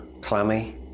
clammy